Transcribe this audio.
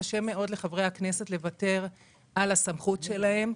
קשה מאוד לחברי הכנסת לוותר על הסמכות שלהם.